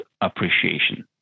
appreciation